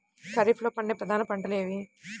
ఖరీఫ్లో పండే ప్రధాన పంటలు ఏవి?